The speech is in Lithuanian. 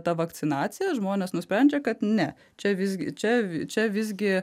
ta vakcinacija žmonės nusprendžia kad ne čia visgi čia čia visgi